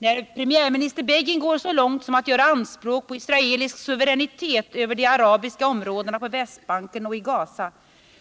När premiärminister Begin går så långt som att göra anspråk på israelisk suveränitet över de arabiska områdena på Västbanken och i Gaza,